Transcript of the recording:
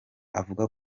avuga